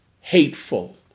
hateful